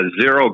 zero